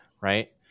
right